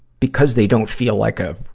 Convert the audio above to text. because they don't feel like a,